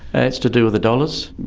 ah it's to do with the dollars.